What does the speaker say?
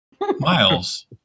Miles